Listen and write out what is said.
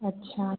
अच्छा